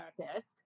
therapist